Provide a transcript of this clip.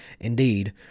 Indeed